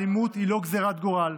האלימות היא לא גזרת גורל,